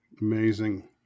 Amazing